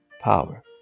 power